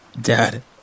Dad